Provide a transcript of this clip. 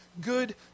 good